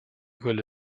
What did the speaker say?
quelle